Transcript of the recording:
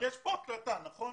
יש פה הקלטה, נכון?